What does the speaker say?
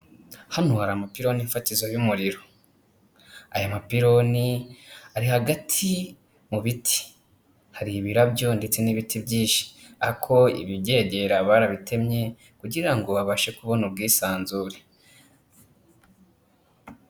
Hano hari amapironi mfatizo y'umuriro, aya mapironi ari hagati mu biti, hari ibirabyo ndetse n'ibiti byinshi, ako ibibyegera barabitemye kugira ngo babashe kubona ubwisanzure.